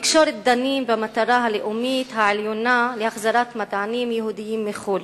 בתקשורת דנים במטרה הלאומית העליונה של החזרת מדענים יהודים מחוץ-לארץ.